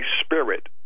spirit